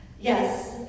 Yes